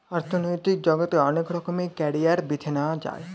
অর্থনৈতিক জগতে অনেক রকমের ক্যারিয়ার বেছে নেয়া যায়